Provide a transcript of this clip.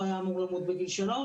הוא היה אמור למות בגיל שלוש,